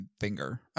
finger